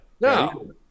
No